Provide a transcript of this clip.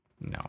No